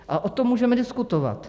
A o tom můžeme diskutovat.